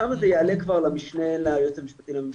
שם זה יעלה כבר למשנה ליועץ המשפטי לממשלה.